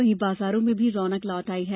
वहीं बाजारों में भी रौनक लौट आई है